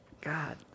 God